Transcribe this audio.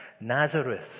nazareth